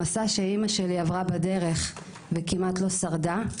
המסע שאמא שלי עברה בדרך וכמעט לא שרדה,